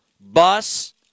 bus